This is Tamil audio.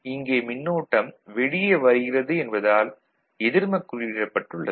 இங்கே மின்னோட்டம் வெளியே வருகிறது என்பதால் எதிர்மக்குறியிடப்பட்டுள்ளது